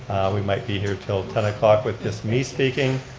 we might be here til ten o'clock with just me speaking,